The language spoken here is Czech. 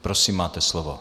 Prosím, máte slovo.